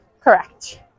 Correct